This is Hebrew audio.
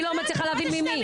אני לא מצליחה להבין ממי?